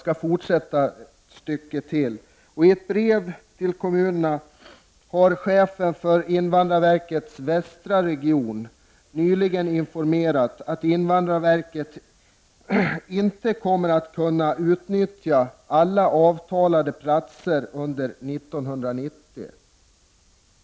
I ett brev till kommunerna har chefen för SIV:s västra region nyligen informerat att SIV 'inte kommer att kunna utnyttja alla avtalade platser under 1990'.